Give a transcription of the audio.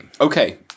Okay